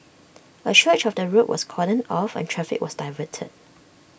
A stretch of the road was cordoned off and traffic was diverted